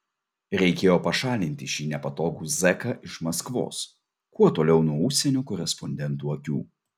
reikėjo pašalinti šį nepatogų zeką iš maskvos kuo toliau nuo užsienio korespondentų akių